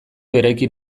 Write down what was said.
eraikin